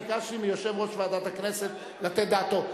ביקשתי מיושב-ראש ועדת הכנסת לתת דעתו.